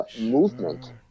Movement